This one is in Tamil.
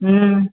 ம்